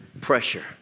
pressure